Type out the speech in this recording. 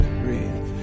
breathe